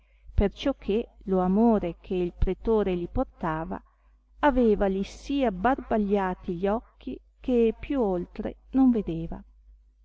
curandosi perciò che lo amore che pretore li portava avevali sì abbarbagliati gli occhi che più oltre non vedeva